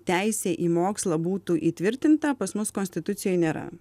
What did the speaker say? teisė į mokslą būtų įtvirtinta pas mus konstitucijoj nėra